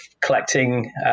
collecting